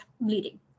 bleeding